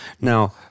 Now